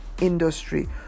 industry